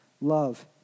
love